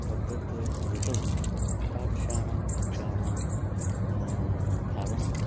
तद्दत् ऋतौ तादृशानां भक्ष्याणां खादनं